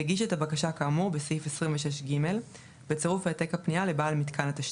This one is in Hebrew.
יגיש את הבקשה כאמור בסעיף 26ג בצירוף העתק הפנייה לבעל מתקן התשתית.